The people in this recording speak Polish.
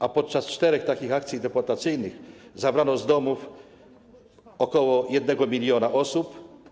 A podczas czterech takich akcji deportacyjnych zabrano z domów ok. 1 mln osób.